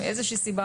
מאיזו שהיא סיבה,